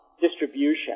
distribution